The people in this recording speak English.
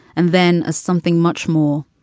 and then ah something much more.